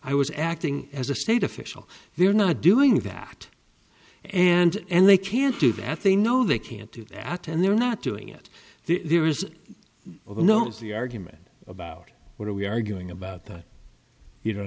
i was acting as a state official they're not doing that and and they can't do that they know they can't do that and they're not doing it there's all the notes the argument about what are we arguing about that you don't